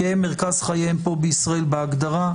כי מרכז חייהם בישראל בהגדרה,